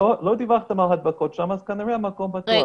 דיווחתם על הדבקות שם אז כנראה המקום בטוח.